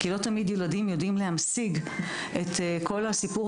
כי לא תמיד ילדים יודעים להמשיג את כל הסיפור